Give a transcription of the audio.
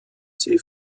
sie